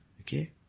Okay